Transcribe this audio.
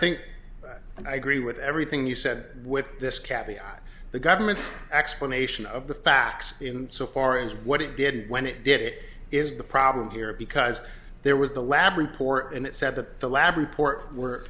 think i agree with everything you said with this kathy on the government's explanation of the facts in so far as what it did when it did it is the problem here because there was the lab report and it said that the lab report were